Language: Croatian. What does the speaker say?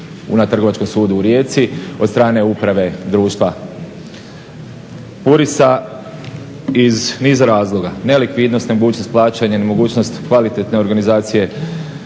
je na Trgovačkom sudu u Rijeci od strane uprave društva Purisa iz niz razloga, nelikvidnost, nemogućnost plaćanja, nemogućnost kvalitetne organizacije